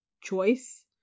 choice